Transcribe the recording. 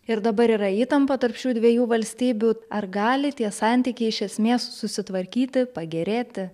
ir dabar yra įtampa tarp šių dviejų valstybių ar gali tie santykiai iš esmės susitvarkyti pagerėti